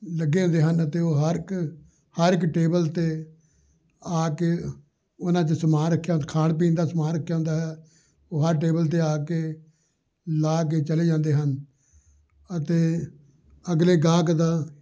ਲੱਗੇ ਹੁੰਦੇ ਹਨ ਅਤੇ ਉਹ ਹਰ ਇੱਕ ਹਰ ਇੱਕ ਟੇਬਲ 'ਤੇ ਆ ਕੇ ਉਹਨਾਂ 'ਚ ਸਮਾਨ ਰੱਖਿਆ ਖਾਣ ਪੀਣ ਦਾ ਸਮਾਨ ਰੱਖਿਆ ਹੁੰਦਾ ਹੈ ਉਹ ਹਰ ਟੇਬਲ 'ਤੇ ਆ ਕੇ ਲਾ ਕੇ ਚਲੇ ਜਾਂਦੇ ਹਨ ਅਤੇ ਅਗਲੇ ਗ੍ਰਾਹਕ ਦਾ